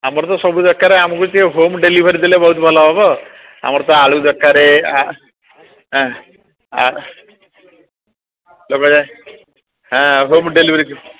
ଆମର ତ ସବୁ ଦରକାରେ ଆମକୁ ଟିକେ ହୋମ୍ ଡେଲିଭରି ଦେଲେ ବହୁତ ଭଲ ହେବ ଆମର ତ ଆଳୁ ଦରକାର ତାପରେ ହାଁ ହୋମ୍ ଡେଲିଭରି